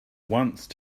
once